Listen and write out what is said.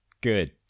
Good